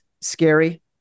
Scary